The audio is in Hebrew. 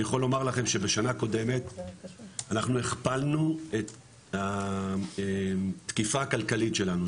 אני יכול לומר לכם שבשנה הקודמת אנחנו הכפלנו את התקיפה הכלכלית שלנו,